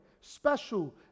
special